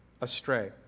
astray